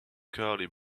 curly